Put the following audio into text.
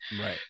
Right